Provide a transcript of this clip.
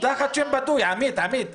מקדמים את דעתם מטעמים עסקיים.